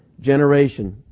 generation